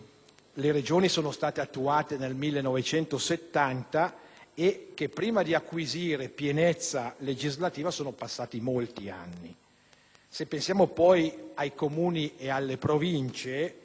le Regioni sono state attuate nel 1970 e che, prima di acquisire pienezza legislativa, sono passati molti anni. Se pensiamo poi ai Comuni e alle Province,